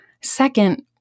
Second